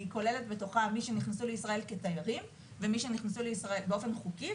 היא כוללת בתוכה את מי שנכנסו לישראל כתיירים באופן חוקי,